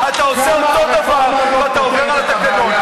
אדוני היושב-ראש, על מה הוויכוח?